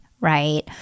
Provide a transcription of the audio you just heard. right